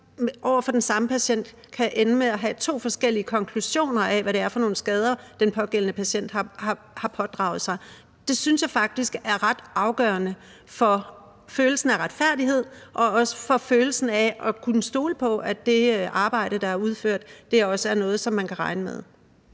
over for den samme patient kan ende med at have to forskellige konklusioner af, hvad det er for nogle skader, den pågældende patient har pådraget sig? Det synes jeg faktisk er ret afgørende for følelsen af retfærdighed, og også for følelsen af at kunne stole på, at det arbejde, der er udført, også er noget, som man kan regne med.